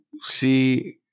see